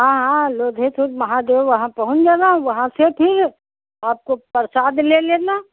हाँ हाँ लोधेसर महादेव वहाँ पहुँच जाना वहाँ से फिर आपको प्रसाद ले लेना